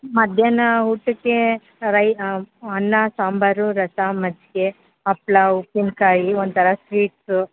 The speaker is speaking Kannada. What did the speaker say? ಮಧ್ಯಾಹ್ನ ಊಟಕ್ಕೆ ರೈ ಅನ್ನ ಸಾಂಬಾರು ರಸಂ ಮಜ್ಜಿಗೆ ಹಪ್ಳ ಉಪ್ಪಿನಕಾಯಿ ಒಂಥರ ಸ್ವೀಟ್ಸು